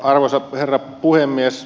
arvoisa herra puhemies